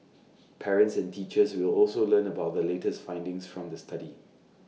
parents and teachers will also learn about the latest findings from the study